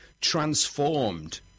transformed